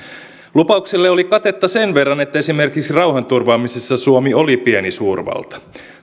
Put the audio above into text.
lupauksille oli katetta sen verran että esimerkiksi rauhanturvaamisessa suomi oli pieni suurvalta